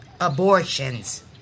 Abortions